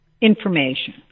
information